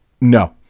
no